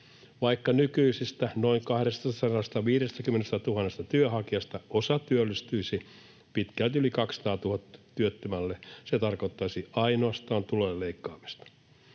Vaikka nykyisistä noin 250 000 työnhakijasta osa työllistyisi, pitkälti yli 200 000 työttömälle se tarkoittaisi ainoastaan tulojen leikkaamista.